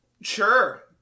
Sure